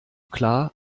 klar